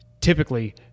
typically